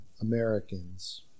americans